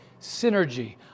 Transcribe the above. Synergy